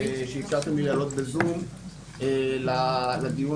משפיע על ניהול בתי המשפט, על מינוי של נשיאים.